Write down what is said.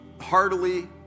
heartily